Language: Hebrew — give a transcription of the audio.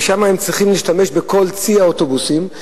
ושם הם צריכים להשתמש בכל צי האוטובוסים.